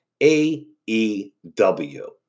AEW